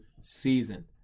season